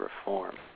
reform